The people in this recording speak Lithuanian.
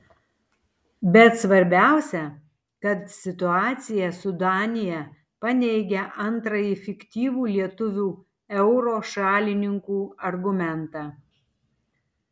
bet svarbiausia kad situacija su danija paneigia antrąjį fiktyvų lietuvių euro šalininkų argumentą